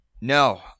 No